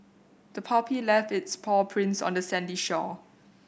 the puppy left its paw prints on the sandy shore